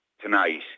tonight